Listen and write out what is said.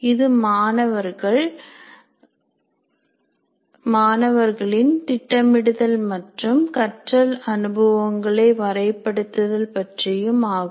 இது மாணவர்களின் திட்டமிடுதல் மற்றும் கற்றல் அனுபவங்களை வரை படுத்துதல் பற்றியும் ஆகும்